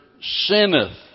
...sinneth